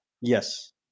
Yes